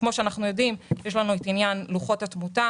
כמו שאנחנו יודעים, יש לנו את עניין לוחות התמותה